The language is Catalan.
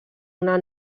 una